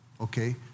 okay